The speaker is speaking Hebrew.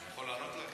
אני יכול לענות לך?